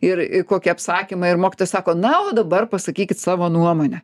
ir kokį apsakymą ir mokytojas sakona o dabar pasakykit savo nuomonę